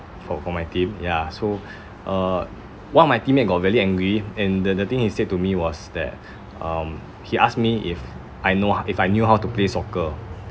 for for my team ya so uh one of my teammate got really angry and the the thing he said to me was that um he asked me if I know ho~ if I knew how to play soccer